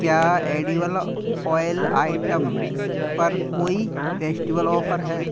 क्या edible oil item पर कोई फेस्टिवल ऑफ़र है